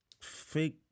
fake